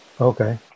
Okay